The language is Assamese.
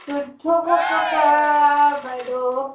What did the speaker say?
চৈধ্যশ টকা বাইদেউ